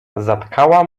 zatkała